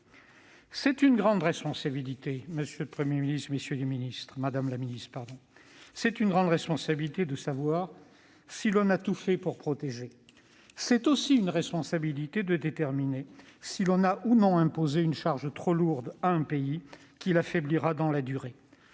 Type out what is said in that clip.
c'est une grande responsabilité de savoir si l'on a tout fait pour protéger. C'est aussi une responsabilité de déterminer si l'on a ou non imposé à notre pays une charge trop lourde, qui l'affaiblira dans la durée.